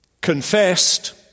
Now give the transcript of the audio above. confessed